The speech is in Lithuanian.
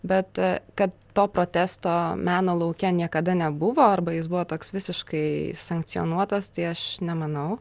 bet kad to protesto meno lauke niekada nebuvo arba jis buvo toks visiškai sankcionuotas tai aš nemanau